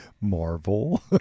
Marvel